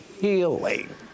healing